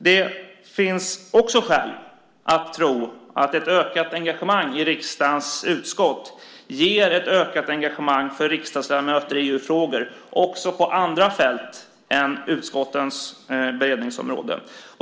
Det finns också skäl att tro att ett ökat engagemang i riksdagens utskott ger ökat engagemang för riksdagsledamöter i EU-frågor också på andra fält än utskottens beredningsområde.